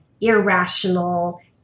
irrational